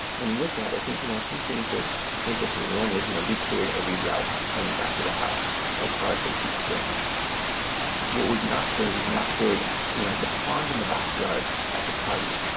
with that i think you know a few things that interest me, one is you know we cleared every route coming back to the house as far as the creeks go. yeah what we've not cleared, we've not cleared you know the pond in the backyard at the party.